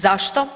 Zašto?